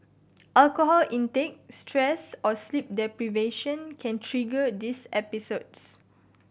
alcohol intake stress or sleep deprivation can trigger these episodes